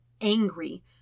angry